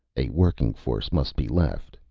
a working force must be left.